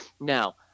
Now